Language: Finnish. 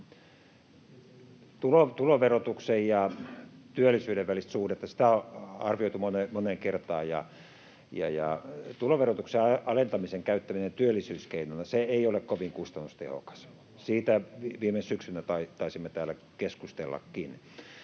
Tuloverotuksen ja työllisyyden välistä suhdetta on arvioitu moneen kertaan, ja tuloverotuksen alentamisen käyttäminen työllisyyskeinona ei ole kovin kustannustehokasta. Siitä viime syksynä taisimme täällä keskustellakin.